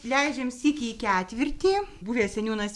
leidžiam sykį į ketvirtį buvęs seniūnas